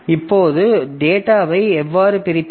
இப்போது டேட்டாவை எவ்வாறு பிரிப்பது